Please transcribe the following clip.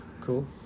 Cool